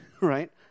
right